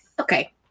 Okay